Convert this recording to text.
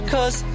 Cause